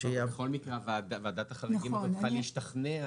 בכל מקרה ועדת החריגים הזאת צריכה להשתכנע